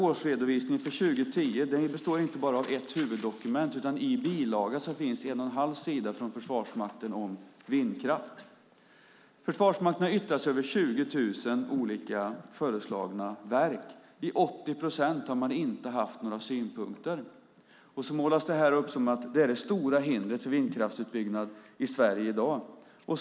Årsredovisningen för 2010 består inte bara av ett huvuddokument, utan i en bilaga finns det 1 1⁄2 sida från Försvarsmakten om vindkraft. Försvarsmakten har yttrat sig över 20 000 olika föreslagna verk. I 80 procent av fallen har man inte haft några synpunkter. Men här målas det upp som att detta är det stora hindret för vindkraftsutbyggnaden i Sverige i dag.